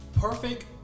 perfect